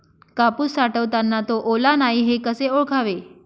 कापूस साठवताना तो ओला नाही हे कसे ओळखावे?